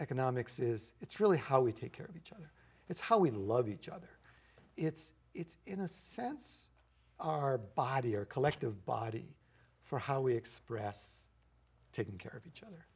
economics is it's really how we take care of you it's how we love each other it's it's in a sense our body or collective body for how we express taking care of each other